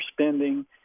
spending